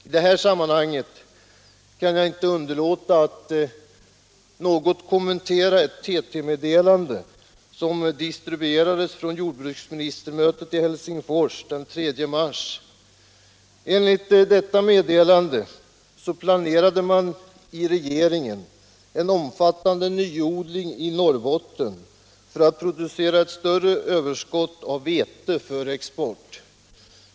I det här sammanhanget kan jag inte underlåta att något kommentera ett TT-meddelande som distribuerades från jordbruksministermöte i Helsingfors den 3 mars. Enligt detta meddelande planerade man i regeringen en omfattande nyodling i Norrbotten för att producera ett större överskott av vete för export.